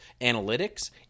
analytics